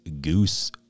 Goose